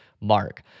mark